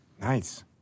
Nice